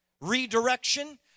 Redirection